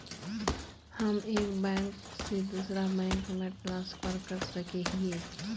हम एक बैंक से दूसरा बैंक में ट्रांसफर कर सके हिये?